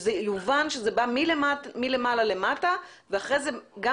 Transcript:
שזה יובן שזה בא מלמעלה למטה ואחרי זה אנחנו